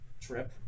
trip